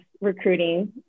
recruiting